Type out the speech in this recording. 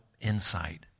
insight